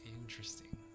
Interesting